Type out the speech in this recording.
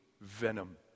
venom